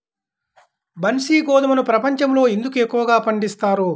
బన్సీ గోధుమను ప్రపంచంలో ఎందుకు ఎక్కువగా పండిస్తారు?